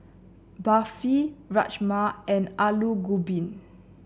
Barfi Rajma and Alu Gobi